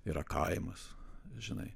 yra kaimas žinai